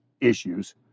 issues